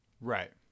Right